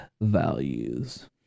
values